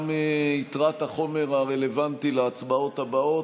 יתרת החומר הרלוונטי להצבעות הבאות,